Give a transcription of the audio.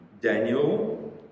Daniel